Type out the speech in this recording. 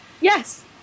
Yes